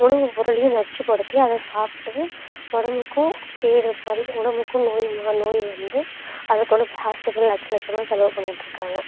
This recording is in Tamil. உணவு பொருளையும் நச்சுபடுத்தி அதை சாப்பிட்டு உடம்புக்கும் கேடு மாதிரி உணவுக்கும் நோய் மா நோய் வந்து அதை கொண்டு போய் ஆஸ்பிட்டலில் லட்சம் லட்சமாக செலவு பண்ணிட்டு இருக்காங்க